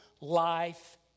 life